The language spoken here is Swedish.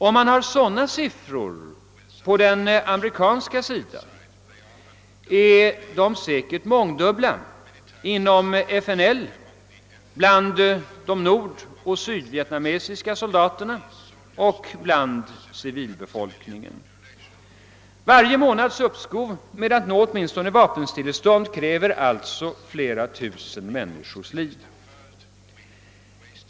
Om man har sådana siffror på den amerikanska sidan är de säkert mångdubbla inom FNL, bland de nordoch sydvietnamesiska soldaterna och bland civilbefolkningen. Varje månads uppskov med att nå åtminstone vapenstillestånd kräver alltså flera tusen människors liv.